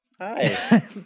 Hi